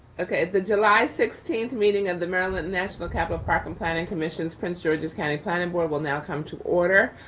okay. the july sixteenth meeting of the maryland national capital park and planning commission is prince george's county planning board will now come to order.